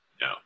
no